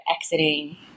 exiting